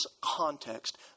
context